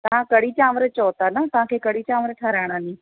तव्हां कढ़ी चांवरु चयो था न तव्हांखे कढ़ी चांवरु ठाहिराइणा आहिनि